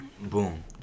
Boom